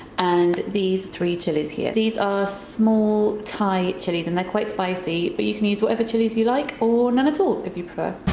and these three chilies here. these are small thai chilies and they're quite spicy but you can use whatever chilies you like or none at all if you prefer.